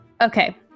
okay